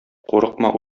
курыкма